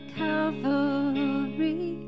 calvary